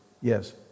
yes